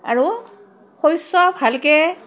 আৰু শস্য ভালকৈ